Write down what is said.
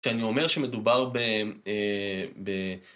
שאני אומר שמדובר ב...